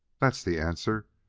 that's the answer.